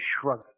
shrug